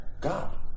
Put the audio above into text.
God